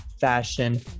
fashion